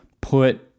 put